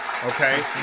Okay